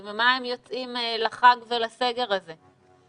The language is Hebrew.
עם מה הם יוצאים לחג ולסגר הזה?